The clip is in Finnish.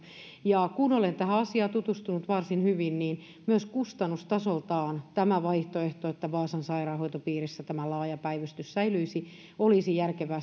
kun olen tähän asiaan tutustunut varsin hyvin niin myös kustannustasoltaan tämä vaihtoehto että vaasan sairaanhoitopiirissä tämä laaja päivystys säilyisi olisi järkevää